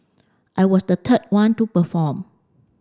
I was the third one to perform